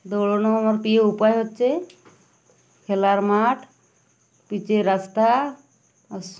দৌড়ানোর আমার প্রিয় উপায় হচ্ছে খেলার মাঠ পিচের রাস্তা আর